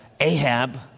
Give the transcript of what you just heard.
Ahab